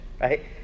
right